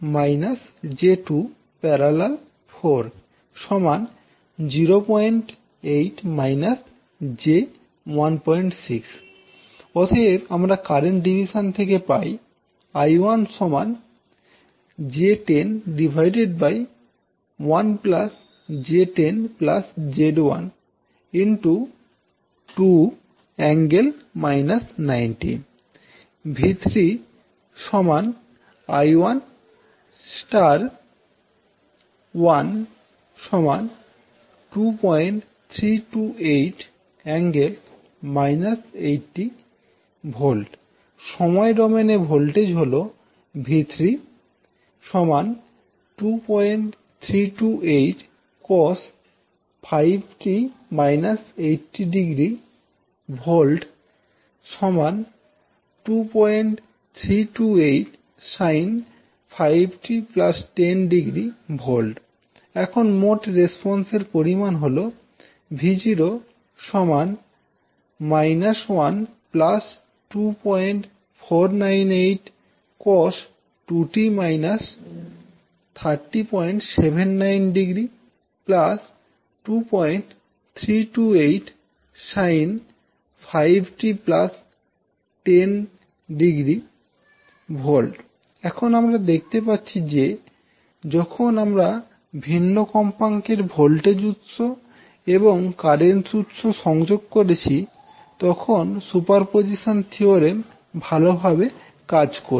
4 08 − j16 অতএব current division থেকে পাই I1 j101j10Z12∠ − 90 𝛎3 I1 ∗ 1 2328∠ − 80 V সময় ডোমেনে ভোল্টেজ হল 𝛎3 2328 cos5t − 80° V 2328 sin5t 10° V এখন মোট রেসপন্স এর পরিমাণ হল 𝛎0 −1 2498 cos2t − 3079° 2328 sin5t 10° V এখন আমরা দেখতে পাছি যে যখন আমরা ভিন্ন কম্পাঙ্কের ভোল্টেজ উৎস এবং কারেন্ট উৎস সংযোগ করেছি তখন সুপারপজিশন থিওরেম ভালোভাবে কাজ করছে